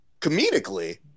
Comedically